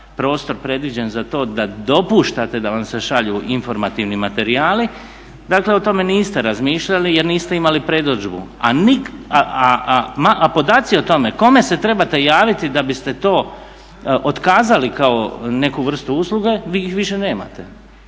prostor predviđen za to da dopuštate da vam se šalju informativni materijali, dakle o tome niste razmišljali jer niste imali predodžbu, a podaci o tome kome se trebate javiti da biste to otkazali kao neku vrstu usluge, vi ih više nemate, tih